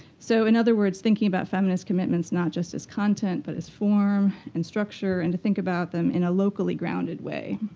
so in other words, thinking about feminist commitments not just as content, but as form and structure. and to think about them in a locally grounded way.